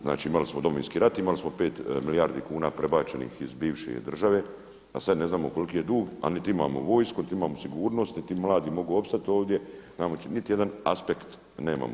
Znači imali smo Domovinski rat, imali smo 5 milijardi kuna prebačenih iz bivše države a sada ne znamo koliki je dug a niti imamo vojsku, niti imamo sigurnost, niti mladi mogu opstati ovdje, niti jedan aspekt nemamo.